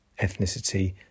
ethnicity